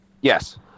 Yes